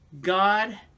God